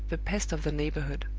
the pest of the neighborhood.